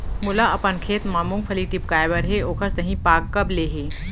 मोला अपन खेत म मूंगफली टिपकाय बर हे ओखर सही पाग कब ले हे?